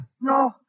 No